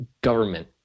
government